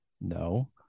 No